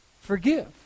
Forgive